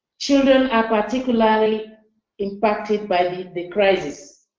children are particularly impacted by the the crisis.